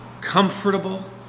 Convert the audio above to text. comfortable